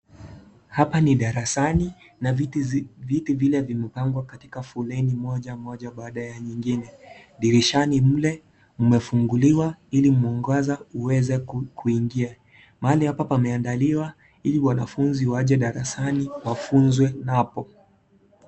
Hapa ni darasani na viti vile vimepagwa katika foleni moja moja baada ya nyingine. Dirishani mle mmefunguliwa ili mwangaza uweze kuingia. Mahali hapa pameandaliwa ili wanafunzi waje darasani wafunzwe hapo.